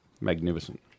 Magnificent